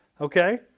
okay